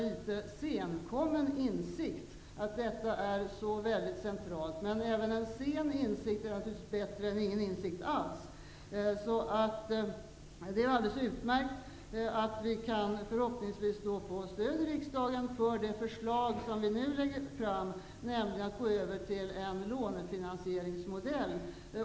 Insikten om att detta är så väldigt centralt är litet senkommen, men även en sen insikt är naturligtvis bättre än ingen insikt alls. Det är alldeles utmärkt att regeringen förhoppningsvis kan få stöd i riksdagen för de förslag som den nu lägger fram, nämligen att gå över till en lånefinansieringsmodell.